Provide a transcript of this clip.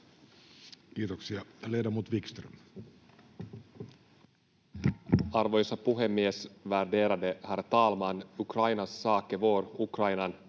Kiitoksia. — Ledamot Wickström. Arvoisa puhemies, värderade herr talman! Ukrainas sak är vår, Ukrainan